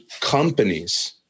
companies